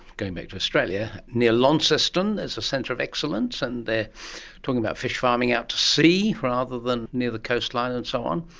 going back to australia, near launceston there is a centre of excellence and they are talking about fish farming out to sea rather than near the coastline and so on,